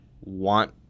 want